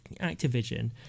Activision